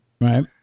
right